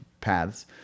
paths